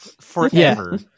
Forever